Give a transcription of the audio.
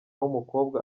w’umukobwa